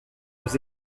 aux